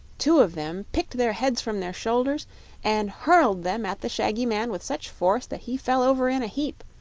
two of them picked their heads from their shoulders and hurled them at the shaggy man with such force that he fell over in a heap,